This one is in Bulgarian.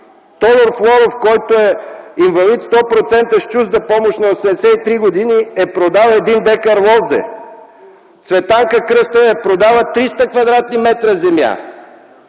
Тодор Флоров, който е инвалид 100%, с чужда помощ, на 83 г., е продал един декар лозе. Цветанка Кръстева е продала 300 кв. м земя.